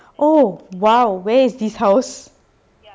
oh !wow! where is this house